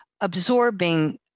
absorbing